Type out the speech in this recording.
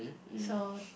so